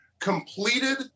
completed